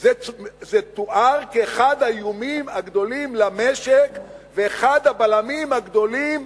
זה תואר כאחד האיומים הגדולים על המשק ואחד הבלמים הגדולים